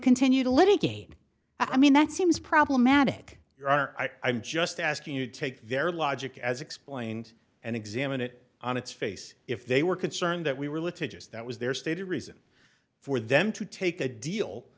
continue to let me game i mean that seems problematic your honor i'm just asking you to take their logic as explained and examine it on its face if they were concerned that we were litigious that was their stated reason for them to take a deal